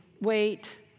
wait